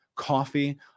coffee